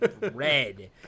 red